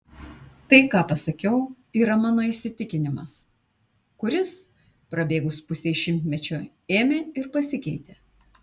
tai ką pasakiau yra mano įsitikinimas kuris prabėgus pusei šimtmečio ėmė ir pasikeitė